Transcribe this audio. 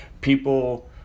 people